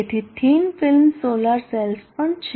તેથી thin film solar cells પણ છે